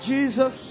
Jesus